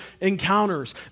encounters